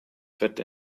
wetter